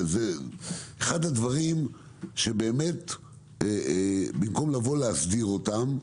אחד הדברים שבאמת במקום להסדיר אותם,